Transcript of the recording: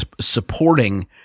supporting